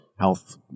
health